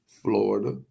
Florida